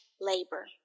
labor